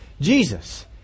Jesus